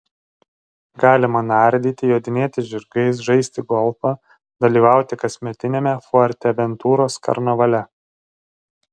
galima nardyti jodinėti žirgais žaisti golfą dalyvauti kasmetiniame fuerteventuros karnavale